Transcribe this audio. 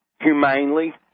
humanely